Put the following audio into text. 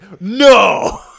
no